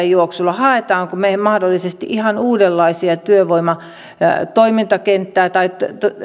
juoksulla haemmeko me mahdollisesti ihan uudenlaista työvoimatoimintakenttää tai